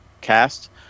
cast